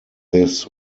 this